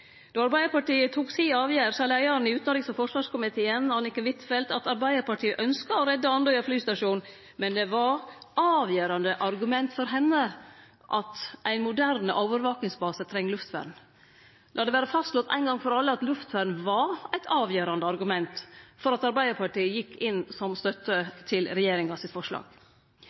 Då Arbeidarpartiet tok si avgjerd, sa leiaren i utanriks- og forsvarskomiteen, Anniken Huitfeldt, at Arbeidarpartiet ynskte å redde Andøya flystasjon, men at det var eit avgjerande argument for henne at ein moderne overvakingsbase treng luftvern. La det vere fastslått ein gong for alle at luftvern var eit avgjerande argument for at Arbeidarpartiet gjekk inn med støtte til regjeringa sitt forslag.